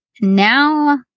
Now